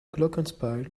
glockenspiel